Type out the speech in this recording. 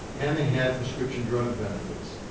and they had prescription drug benefits.